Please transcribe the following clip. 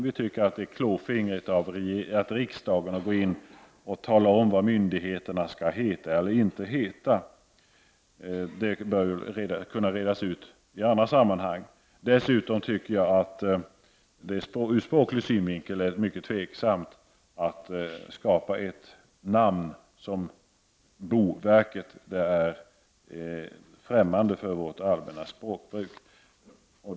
Vi tycker att det är klåfingrigt att riksdagen skall tala om vad myndigheterna skall heta. Den frågan bör kunna redas ut i andra sammanhang. Dessutom tycker jag att det från språklig utgångspunkt är tveksamt att skapa ett namn som boverket som är främmande för vårt allmänna språkbruk.